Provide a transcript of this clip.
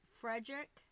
Frederick